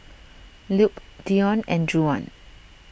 Lupe Deon and Juwan